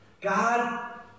God